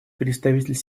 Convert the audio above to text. представитель